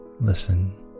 listen